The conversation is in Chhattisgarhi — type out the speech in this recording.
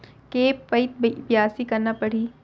के पइत बियासी करना परहि?